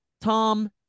Tom